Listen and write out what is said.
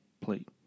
plate